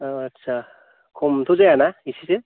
औ आटसा खमथ' जायाना एसेसो